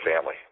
family